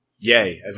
Yay